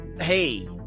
hey